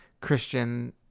christian